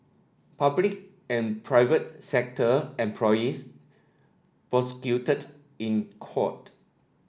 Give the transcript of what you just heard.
public and private sector employees prosecuted in court